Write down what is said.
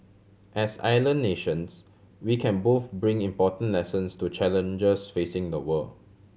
as island nations we can both bring important lessons to challenges facing the world